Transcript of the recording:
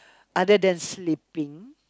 other than sleeping